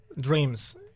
dreams